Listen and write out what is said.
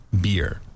beer